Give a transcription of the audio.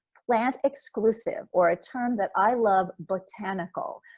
plant exclusive or a term that i love botanical,